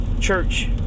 church